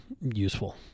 useful